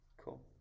Cool